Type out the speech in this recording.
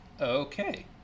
Okay